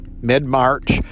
mid-March